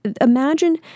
Imagine